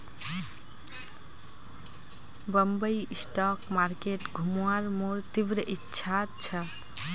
Bombay stock market घुमवार मोर तीव्र इच्छा छ